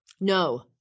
No